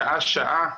שעה שעה,